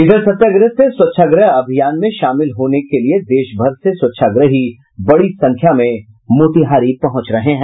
इधर सत्याग्रह से स्वच्छाग्रह अभियान में शामिल होने के लिए देशभर से स्वच्छाग्रही बड़ी संख्या में मोतिहारी पहुंच रहे हैं